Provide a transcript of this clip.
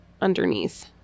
underneath